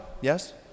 Yes